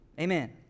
Amen